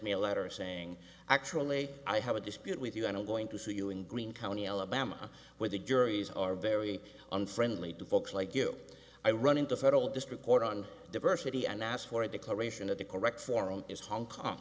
me a letter saying actually i have a dispute with you and i'm going to see you in greene county alabama where the juries are very unfriendly to folks like you i run into federal district court on diversity and ask for a declaration of the correct form is hong kong